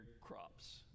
crops